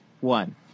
one